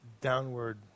downward